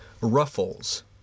Ruffles